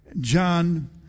John